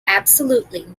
absolutely